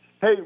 Hey